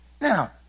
Now